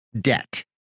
debt